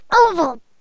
oval